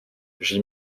j’y